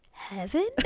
heaven